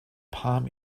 palm